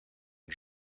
une